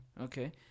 Okay